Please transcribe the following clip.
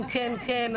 כן, כן, כן.